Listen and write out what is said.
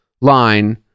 line